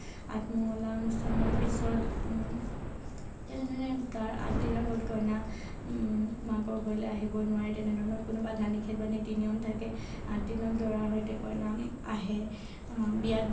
আঠমঙলা অনুস্থানৰ পিছত তেনেধৰণে তাৰ আঠদিন আগত কইনা মাকৰ ঘৰলৈ আহিব নোৱাৰে তেনেধৰণৰ কোনো বাধা নিষেধ বা নীতি নিয়ম থাকে দিনত দৰাৰ সৈতে কইনা আহে বিয়াত